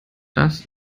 das